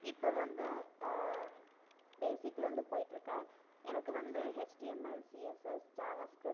இப்போ வந்து பேசிக்லேருந்து போய்கிட்ருக்கேன் எனக்கு வந்து ஹெச்டிஎம்எல் சிஎஸ்எஸ் ஜாவா ஸ்க்ரிப்ட்